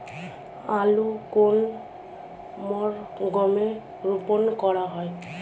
আলু কোন মরশুমে রোপণ করা হয়?